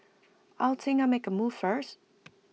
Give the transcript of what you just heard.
I think I'll make A move first